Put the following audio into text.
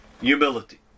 humility